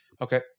Okay